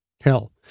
Hell